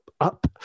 up